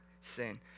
sin